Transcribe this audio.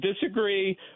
disagree